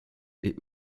est